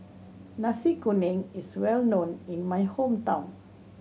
Nasi Kuning is well known in my hometown